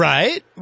Right